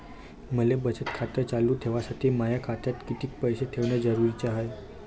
मले बचत खातं चालू ठेवासाठी माया खात्यात कितीक पैसे ठेवण जरुरीच हाय?